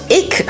ik